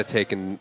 taken